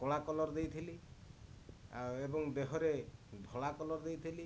କଳା କଲର୍ ଦେଇଥିଲି ଆଉ ଏବଂ ଦେହରେ ଧଳା କଲର୍ ଦେଇଥିଲି